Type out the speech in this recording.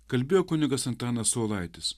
kalbėjo kunigas antanas saulaitis